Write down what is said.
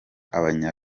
abanya